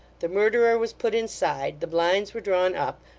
the murderer was put inside, the blinds were drawn up,